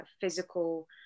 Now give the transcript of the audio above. physical